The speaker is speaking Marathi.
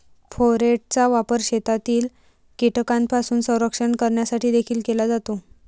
फोरेटचा वापर शेतातील कीटकांपासून संरक्षण करण्यासाठी देखील केला जातो